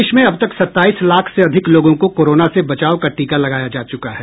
प्रदेश में अब तक सत्ताईस लाख से अधिक लोगों को कोरोना से बचाव का टीका लगाया जा चुका है